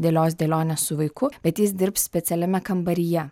dėlios dėlionę su vaiku bet jis dirbs specialiame kambaryje